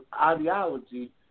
ideology